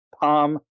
palm